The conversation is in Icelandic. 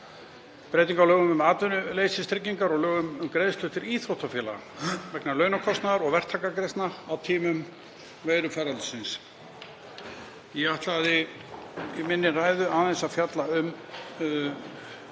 breytingar á lögum um atvinnuleysistryggingar og lögum um greiðslur til íþróttafélaga vegna launakostnaðar og verktakagreiðslna á tímum kórónuveirufaraldurs. Ég ætlaði í minni ræðu aðeins að fjalla um